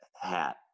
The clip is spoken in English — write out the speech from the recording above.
hat